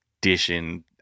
dishing